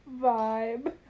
Vibe